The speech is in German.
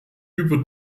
über